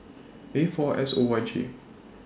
A four S O Y G